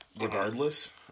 regardless